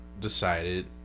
decided